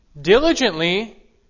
diligently